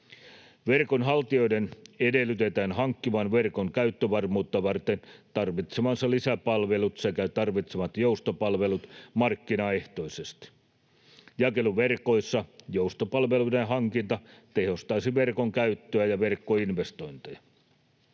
Verkonhaltijoiden edellytetään hankkivan verkon käyttövarmuutta varten tarvitsemansa lisäpalvelut sekä jakeluverkonhaltijan hankkivan tarvitsemansa joustopalvelut markkinaehtoisesti. Jakeluverkoissa joustopalveluiden hankinta tehostaisi verkon käyttöä ja verkkoinvestointeja.